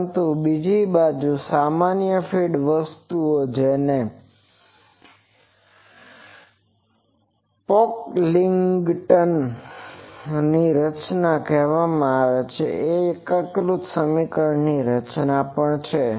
પરંતુ બીજી સામાન્ય ફીડ વસ્તુ કે જેને પોકલિંગ્ટનની રચના કહેવામાં આવે છે જે એકીકૃત સમીકરણ રચના પણ છે